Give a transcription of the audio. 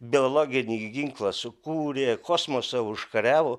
biologinį ginklą sukūrė kosmosą užkariavo